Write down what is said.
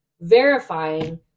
verifying